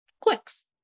clicks